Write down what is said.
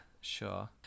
sure